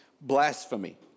blasphemy